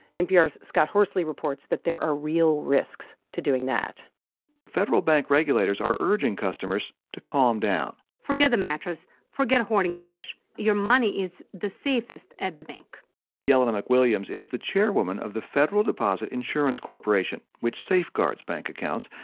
npr's scott horsley reports that there are real risks to doing that federal bank regulators are urging customers to calm down forget the mattress. forget hoarding cash. your money is the safest at the bank jelena mcwilliams is the chairwoman of the federal deposit insurance corporation, which safeguards bank accounts.